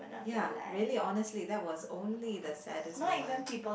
ya really honestly that was only the saddest moment